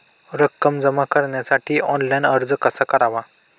रक्कम जमा करण्यासाठी ऑनलाइन अर्ज कसा करावा?